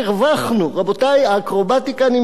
רבותי, האקרובטיקה נמשכת.